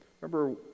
Remember